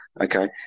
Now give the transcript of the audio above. Okay